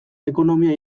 ekonomia